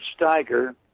Steiger